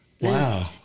wow